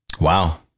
Wow